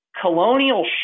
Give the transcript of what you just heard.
Colonial